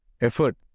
effort